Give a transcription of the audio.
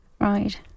right